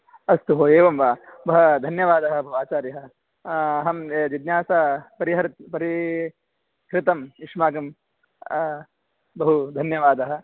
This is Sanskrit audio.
अस्तु भो एवं वा धन्यवादः आचार्याः अहं जिज्ञासा परिहर् परिहृतं युष्माकं बहु धन्यवादः